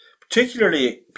particularly